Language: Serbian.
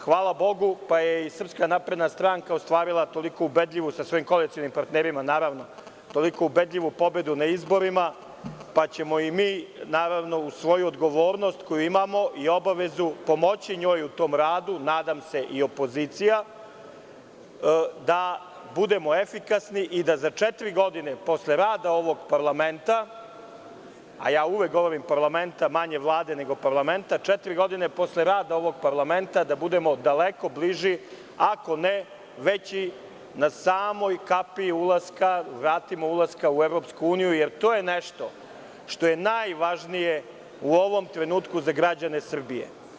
Hvala Bogu da je SNS sa svojim koalicionim partnerima ostvarila toliko ubedljivu pobedu na izborima, pa ćemo i mi, naravno uz svoju odgovornost koju imamo i obavezu, pomoći njoj u tom radu, a nadam se i opozicija, da budemo efikasni i da za četiri godine posle rada ovog parlamenta, a ja uvek govorim parlamenta, manje Vlade nego parlamenta, budemo daleko bliži, ako ne već i na samoj kapiji ulaska, na vratima ulaska u EU, jer to je nešto što je najvažnije u ovom trenutku za građane Srbije.